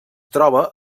troba